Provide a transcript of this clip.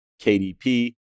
KDP